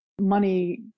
money